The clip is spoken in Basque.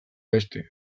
beste